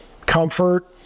comfort